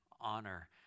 honor